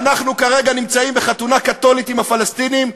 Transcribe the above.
ואנחנו כרגע נמצאים בחתונה קתולית עם הפלסטינים,